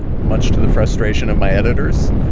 much to the frustration of my editors.